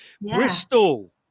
Bristol